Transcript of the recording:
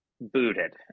booted